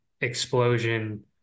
explosion